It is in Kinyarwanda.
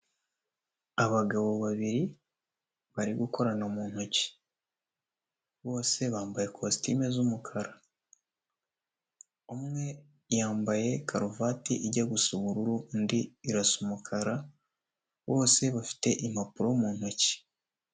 Abagabo babiri, bari gukorana mu ntoki. Bose bambaye ikositime z'umukara. Umwe yambaye karuvati ijya gusa ubururu, undi irasa umukara, bose bafite impapuro mu ntoki.